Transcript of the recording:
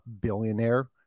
billionaire